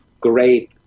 great